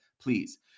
please